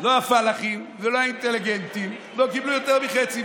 לא הפלאחים ולא האינטליגנטים לא קיבלו יותר מחצי.